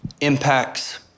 impacts